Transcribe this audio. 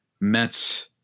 Mets